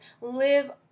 Live